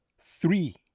three